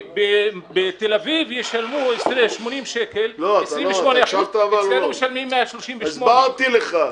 בתל אביב ישלמו 80 שקל 28%. אצלנו משלמים 130 --- הסברתי לך.